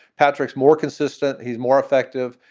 patrick's more consistent, he's more effective,